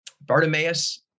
Bartimaeus